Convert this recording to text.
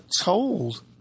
told